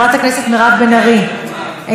חבר הכנסת טלב אבו עראר,